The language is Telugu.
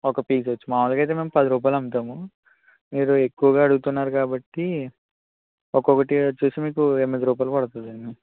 ఒక పీస్ వచ్చి మామూలుగా అయితే మేము పది రూపాయలు అమ్ముతాము మీరు ఎక్కువగా అడుగుతున్నారు కాబట్టి ఒక్కక్కటి వచ్చేసి మీకు ఎనిమిది రూపాయలు పడుతుంది అండి